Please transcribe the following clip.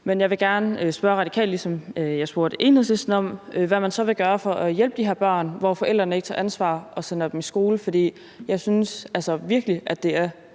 Men jeg vil gerne spørge Radikale, ligesom jeg spurgte Enhedslisten, om, hvad man så vil gøre for at hjælpe de børn, hvis forældre ikke tager ansvar og sender dem i skole. For jeg synes virkelig, at det er